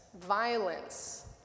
violence